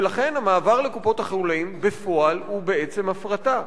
ולכן המעבר לקופות-החולים בפועל הוא בעצם הפרטה.